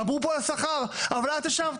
דיברו פה על השכר אבל את ישב,